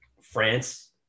France